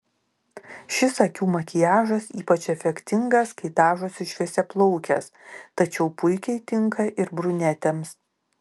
šis akių makiažas ypač efektingas kai dažosi šviesiaplaukės tačiau puikiai tinka ir brunetėms